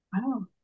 Wow